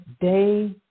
day